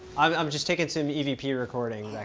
i'm just taking some evp recordings, yeah